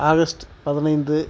August பதினைந்து